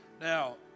now